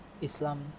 Islam